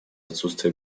отсутствие